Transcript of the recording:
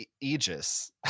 Aegis